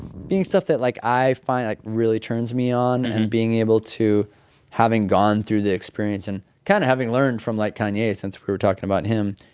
being stuff that, like, i find it like really turns me on and being able to having gone through the experience and kind of having learned from, like, kanye, since we were talking about him,